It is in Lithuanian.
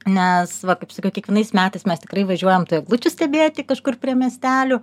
nes va kaip sakiau kiekvienais metais mes tikrai važiuojam tų eglučių stebėti kažkur prie miestelių